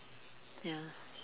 ya